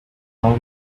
how